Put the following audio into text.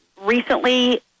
recently